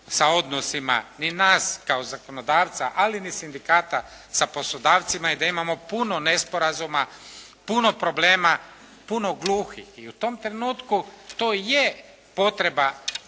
sa odnosima ni nas kao zakonodavca, ali ni sindikata sa poslodavcima i da imamo puno nesporazuma, puno problema, puno gluhih i u tom trenutku to je potreba